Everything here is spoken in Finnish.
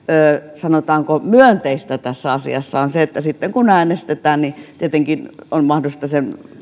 sanotaanko myönteistä tässä asiassa on se että sitten kun äänestetään tietenkin on mahdollista sen